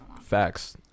Facts